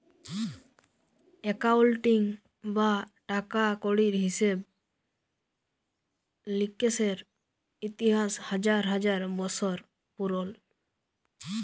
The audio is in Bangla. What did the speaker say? একাউলটিং বা টাকা কড়ির হিসেব লিকেসের ইতিহাস হাজার হাজার বসর পুরল